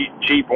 cheap